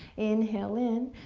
inhale in,